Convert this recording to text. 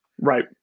Right